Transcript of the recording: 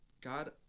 God